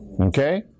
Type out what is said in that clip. Okay